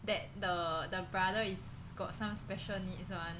that the the brother is got some special needs [one]